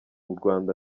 rwanda